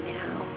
now